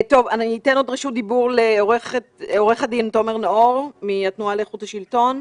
אתן רשות דיבור לעו"ד תומר נאור מן התנועה לאיכות השלטון.